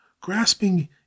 grasping